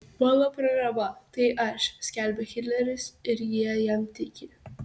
mano programa tai aš skelbia hitleris ir jie jam tiki